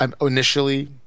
Initially